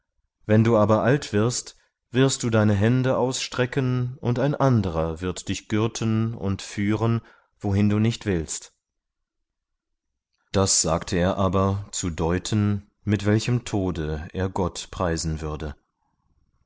wenn du aber alt wirst wirst du deine hände ausstrecken und ein anderer wird dich gürten und führen wohin du nicht willst das sagte er aber zu deuten mit welchem tode er gott preisen würde